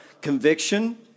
conviction